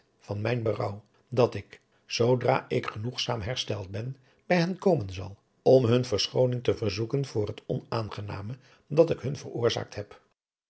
van mijn berouw dat ik zoodra ik genoegzaam hersteld ben bij hen komen zal om hun verschooning teverzoeken voor het onaangename dat ik hun veroorzaakt heb